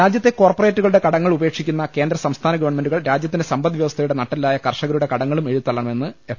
രാജ്യത്തെ കോർപ്പറേറ്റുകളുടെ കടങ്ങൾ ഉപേക്ഷിക്കുന്ന കേന്ദ്ര സംസ്ഥാന ഗവൺമെന്റുകൾ രാജൃത്തിന്റെ സമ്പദ് വൃവസ്ഥയുടെ നട്ടെല്ലായ കർഷകരുടെ കടങ്ങളും എഴുതി തള്ളണമെന്ന് എഫ്